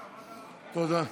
תודה.